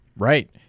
Right